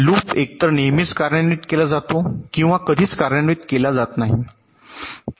loop एकतर नेहमीच कार्यान्वित केला जातो किंवा कधीच कार्यान्वित केलेला नाही